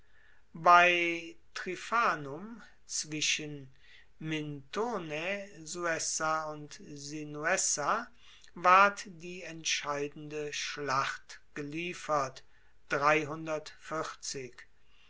bei trifanum zwischen minturnae suessa und sinuessa ward die entscheidende schlacht geliefert